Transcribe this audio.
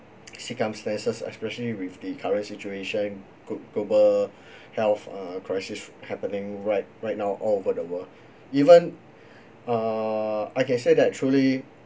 circumstances especially with the current situation glob~ global health uh crisis happening right right now all over the world even uh I can say that truly